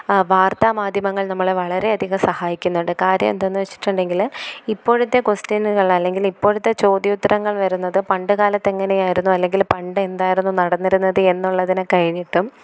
വാർത്താമാധ്യമങ്ങൾ നമ്മളെ വളരെയധികം സഹായിക്കുന്നുണ്ട് കാര്യം എന്താണെന്നുവെച്ചിട്ടുണ്ടെങ്കിൽ ഇപ്പോഴത്തെ ക്വസ്റ്റ്യനുകളല്ലെങ്കിൽ ഇപ്പോഴത്തെ ചോദ്യോത്തരങ്ങൾ വരുന്നത് പണ്ടുകാലത്ത് എങ്ങനെയായിരുന്നോ അല്ലെങ്കിൽ പണ്ട് എന്തായിരുന്നു നടന്നിരുന്നതെന്നുള്ളതിനെക്കഴിഞ്ഞിട്ടും